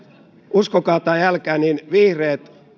uskokaa tai älkää vihreät